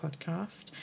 podcast